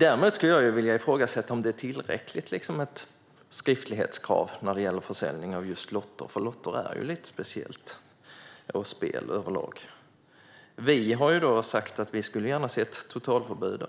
Däremot vill jag ifrågasätta om det är tillräckligt med ett skriftlighetskrav när det gäller försäljning av lotter. Lotter och spel är lite speciellt överlag. Vi har sagt att vi gärna skulle se ett totalförbud